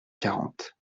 quarante